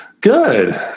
Good